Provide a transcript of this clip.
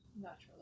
naturally